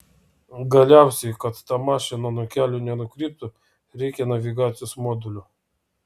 galiausiai kad ta mašina nuo kelio nenukryptų reikia navigacijos modulio